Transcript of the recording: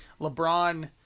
LeBron